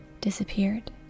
disappeared